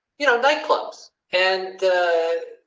you know, nightclubs and the.